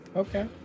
Okay